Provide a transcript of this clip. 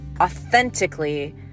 authentically